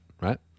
right